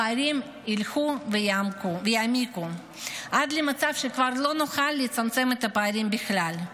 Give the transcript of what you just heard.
הפערים ילכו ויעמיקו עד למצב שבו כבר לא נוכל לצמצם את הפערים בכלל.